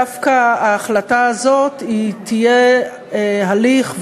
דווקא ההחלטה הזאת תהיה הליך